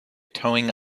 towing